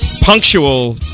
punctual